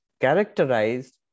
Characterized